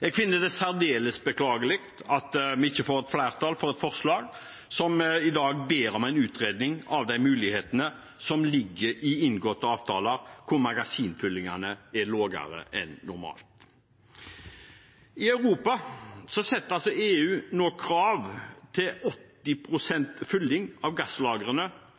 Jeg finner det særdeles beklagelig at vi ikke får flertall for et forslag der vi i dag ber om en utredning av de mulighetene som ligger i inngåtte avtaler når magasinfyllingsgraden er lavere enn normalt. I Europa setter altså EU nå krav til 80 pst. fylling av gasslagrene